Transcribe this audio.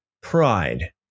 pride